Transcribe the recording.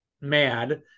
mad